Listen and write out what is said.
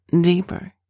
deeper